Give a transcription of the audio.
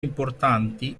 importanti